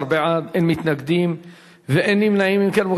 13 בעד, אין מתנגדים ואין נמנעים.